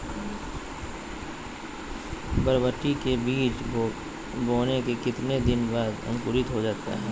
बरबटी के बीज बोने के कितने दिन बाद अंकुरित हो जाता है?